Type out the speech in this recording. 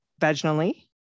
vaginally